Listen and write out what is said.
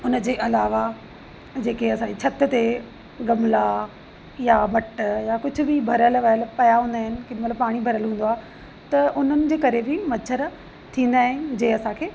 उन जे अलावा जेके असांजे छत ते गमला या मट या कुझु बि भरियल वरियल पिया हूंदा इन कंहिंमहिल पाणी भरियल हूंदो आहे त उन में जे करे बि मच्छर थींदा आहिनि जे असांखे